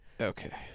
Okay